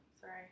Sorry